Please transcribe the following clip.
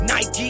Nike